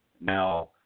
now